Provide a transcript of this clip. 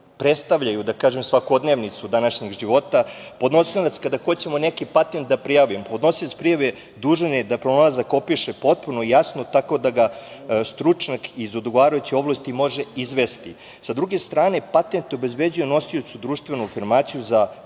predstavljaju, da kažem, svakodnevnicu današnjeg života. Kada hoćemo neki patent da prijavimo, podnosilac prijave je dužan da pronalazak opiše potpuno jasno tako da ga stručnjak iz odgovarajuće oblasti može izvesti. Sa druge strane, patent obezbeđuje nosiocu društvenu afirmaciju za